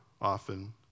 often